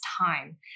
time